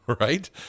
right